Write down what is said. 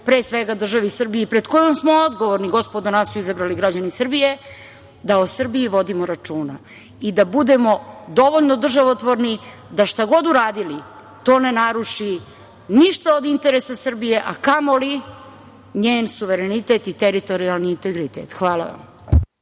pre svega državi Srbiji pred kojom smo odgovorni, gospodo, nas su izabrali građani Srbije, da o Srbiji vodimo računa i da budemo dovoljno državotvorni da šta god uradili to ne naruši ništa od interesa Srbije, a kamoli njen suverenitet i teritorijalni integritet. Hvala.